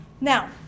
Now